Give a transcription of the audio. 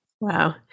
Wow